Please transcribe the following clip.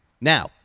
Now